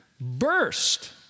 burst